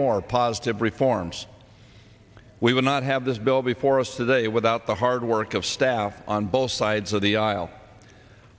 more positive reforms we will not have this bill before us today without the hard work of staff on both sides of the aisle